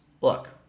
look